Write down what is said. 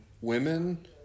women